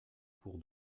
cours